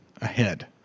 ahead